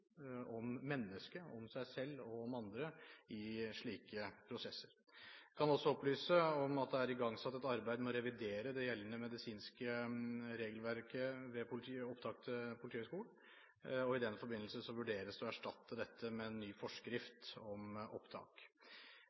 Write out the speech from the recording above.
om mennesket, om seg selv, og om andre i slike prosesser. Jeg kan også opplyse om at det er igangsatt et arbeid med å revidere det gjeldende medisinske regelverket for opptak til Politihøgskolen, og i den forbindelse vurderes det å erstatte dette med en ny forskrift om opptak.